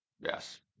yes